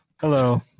Hello